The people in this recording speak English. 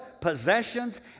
possessions